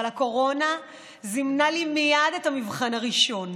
אבל הקורונה זימנה לי מייד את המבחן הראשון,